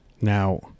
Now